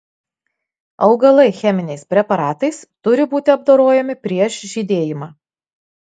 augalai cheminiais preparatais turi būti apdorojami prieš žydėjimą